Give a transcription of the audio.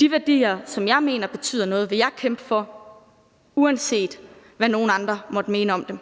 De værdier, som jeg mener betyder noget, vil jeg kæmpe for, uanset hvad nogle andre måtte mene om det.